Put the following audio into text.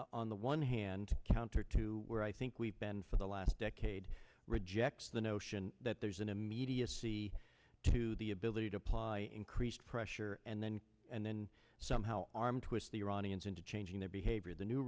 on the one hand counter to where i think we've been for the last decade rejects the notion that there's an immediacy to the ability to apply increased pressure and then and then somehow arm twist the iranians into changing their behavior the new